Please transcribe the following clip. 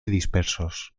dispersos